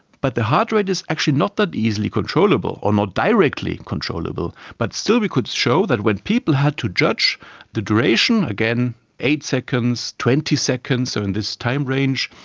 but the heart rate is actually not that easily controllable or not directly controllable, but still we could show that when people had to judge the duration, again eight seconds, twenty seconds, in this time range,